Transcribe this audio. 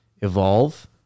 evolve